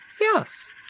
yes